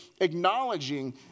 acknowledging